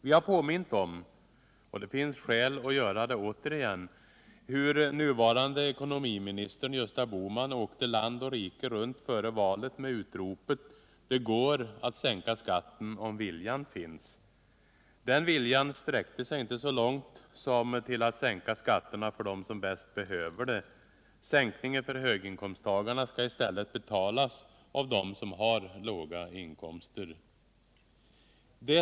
Vi har påmint om — och det finns skäl att göra det återigen — hur nuvarande ekonomiministern Gösta Bohman åkte land och rike runt före valet med utropet: Det går att sänka skatten om viljan finns. Den viljan sträckte siginte Nr 91 så långt som till att sänka skatterna för dem som bäst behöver det. Onsdagen den Sänkningen för höginkomsttagarna skall i stället betalas av dem som har låga 8 mars 1978 inkomster.